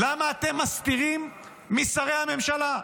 למה אתם מסתירים משרי הממשלה?